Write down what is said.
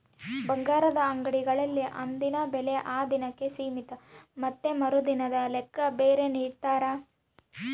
ಬಂಗಾರದ ಅಂಗಡಿಗಳಲ್ಲಿ ಅಂದಿನ ಬೆಲೆ ಆ ದಿನಕ್ಕೆ ಸೀಮಿತ ಮತ್ತೆ ಮರುದಿನದ ಲೆಕ್ಕ ಬೇರೆ ನಿಡ್ತಾರ